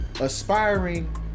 aspiring